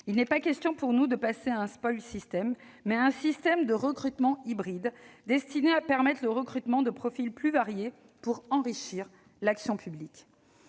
Il est question pour nous de passer non pas à un, mais à un système de recrutement hybride destiné à permettre le recrutement de profils plus variés pour enrichir l'action publique.